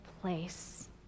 place